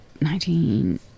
nineteen